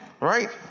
Right